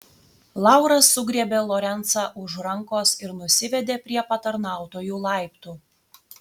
laura sugriebė lorencą už rankos ir nusivedė prie patarnautojų laiptų